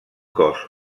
cos